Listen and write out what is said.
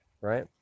right